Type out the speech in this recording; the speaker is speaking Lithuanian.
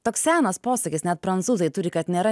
toks senas posakis net prancūzai turi kad nėra